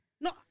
No